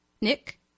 Nick